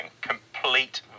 Complete